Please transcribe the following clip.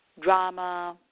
drama